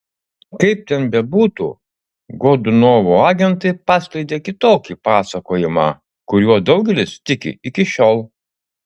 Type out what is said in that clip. kaip ten bebūtų godunovo agentai paskleidė kitokį pasakojimą kuriuo daugelis tiki iki šiol